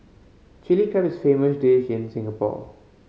Chilli Crab is a famous dish in Singapore